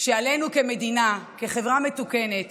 שעלינו כמדינה, כחברה מתוקנת,